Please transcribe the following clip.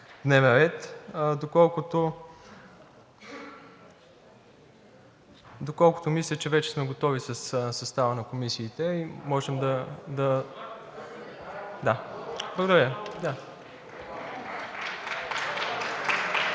доколкото мисля, че вече сме готови със състава на комисиите и можем да… Благодаря.